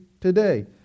today